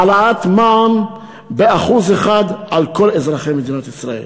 העלאת מע"מ ב-1% על כל אזרחי מדינת ישראל,